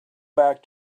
back